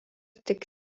tik